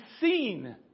seen